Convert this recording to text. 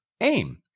aim